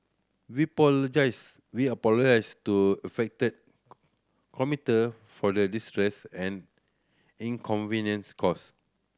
we we are apologise to affected commuter for the distress and inconvenience caused